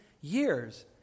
years